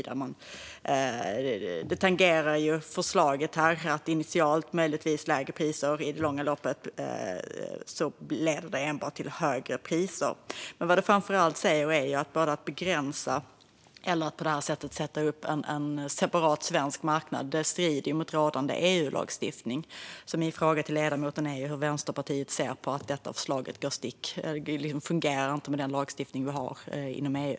Det tangerar förslaget här - initialt skulle priserna möjligtvis bli lägre, men i det långa loppet leder detta enbart till högre priser. Vad som framför allt sägs är detta: Att begränsa det här, eller att på detta vis skapa en separat svensk marknad, strider mot rådande EU-lagstiftning. Min fråga till ledamoten är hur Vänsterpartiet ser på att detta förslag inte fungerar med den lagstiftning som vi har inom EU.